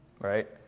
right